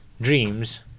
dreams